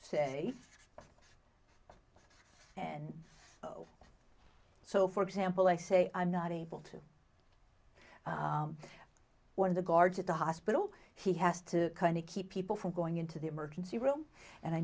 say and so for example i say i'm not able to one of the guards at the hospital he has to keep people from going into the emergency room and i